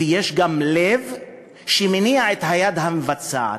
ויש גם לב שמניע את היד המבצעת,